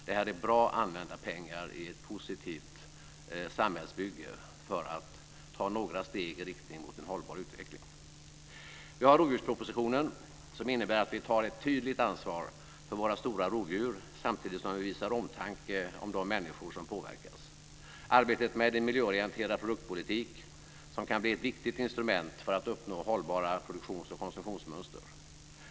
Detta är bra använda pengar i ett positivt samhällsbyge för att ta några steg i riktning mot en hållbar utveckling. Vi har rovdjurspropositionen som innebär att vi tar ett tydligt ansvar för våra stora rovdjur samtidigt som vi visar omtanke om de människor som påverkas. Arbetet med en miljöorienterad produktpolitik kan bli ett viktigt instrument för att uppnå hållbara produktions och konsumtionsmönster.